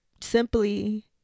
simply